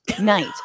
night